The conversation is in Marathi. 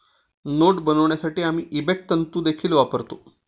नोटा बनवण्यासाठी आम्ही इबेक तंतु देखील वापरतो